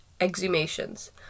exhumations